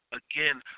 again